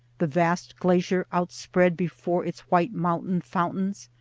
the vast glacier outspread before its white mountain fountains,